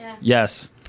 yes